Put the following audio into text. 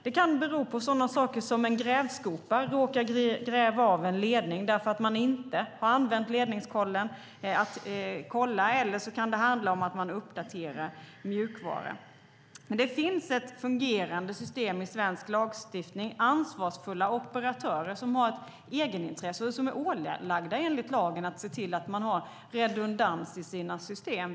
Det kan bero på sådana saker som att en grävskopa råkar gräva av en ledning därför att man inte har använt ledningskollen. Det kan också handla om att man uppdaterar mjukvara. Det finns ett fungerande system i svensk lagstiftning med ansvarsfulla operatörer som har ett egenintresse och som enligt lagen är ålagda att se till att de har redundans i sina system.